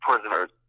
prisoners